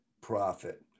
profit